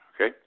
Okay